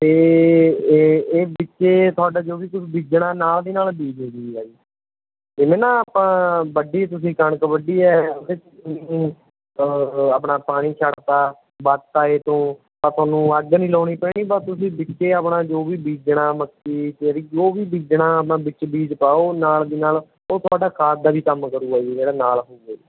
ਅਤੇ ਇਹ ਇਹ ਵਿੱਚੇ ਤੁਹਾਡਾ ਜੋ ਵੀ ਕੁਛ ਬੀਜਣਾ ਨਾਲ ਦੀ ਨਾਲ ਬੀਜ ਹੋਜੂਗਾ ਜੀ ਜਿਵੇਂ ਨਾ ਆਪਾਂ ਵੱਢੀ ਤੁਸੀਂ ਕਣਕ ਵੱਢੀ ਹੈ ਓਹਦੇ 'ਚ ਆਪਣਾ ਪਾਣੀ ਛੱਡਦਾ ਵੱਤ ਆਏ ਤੋਂ ਤਾਂ ਤੁਹਾਨੂੰ ਅੱਗ ਨਹੀਂ ਲਾਉਣੀ ਪੈਣੀ ਬਸ ਤੁਸੀਂ ਵਿੱਚੇ ਆਪਣਾ ਜੋ ਵੀ ਬੀਜਣਾ ਮੱਕੀ ਚਰੀ ਜੋ ਵੀ ਬੀਜਣਾ ਆਪਣਾ ਵਿੱਚ ਬੀਜ ਪਾਓ ਨਾਲ ਦੀ ਨਾਲ ਉਹ ਤੁਹਾਡਾ ਖਾਦ ਦਾ ਵੀ ਕੰਮ ਕਰੂਗਾ ਜਿਹੜਾ ਨਾਲ ਹੋਊਗਾ ਜੀ